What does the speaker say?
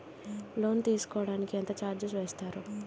Loan తీసుకోడానికి ఎంత charges వేస్తారు?